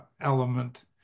element